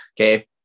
okay